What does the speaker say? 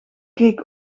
keek